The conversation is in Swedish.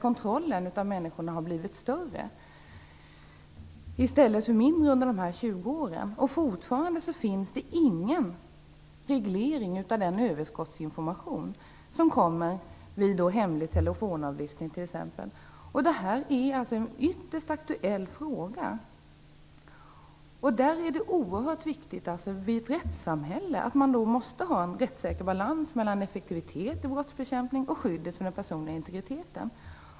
Men fortfarande finns det ingen reglering av användandet av överskottsinformationen t.ex. vid hemlig telefonavlyssning. Det är en ytterst aktuell fråga. I ett rättssamhälle är det oerhört viktigt att man har en balans mellan effektivitet i brottsbekämpningen och skyddet för den personliga integriteten.